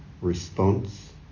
response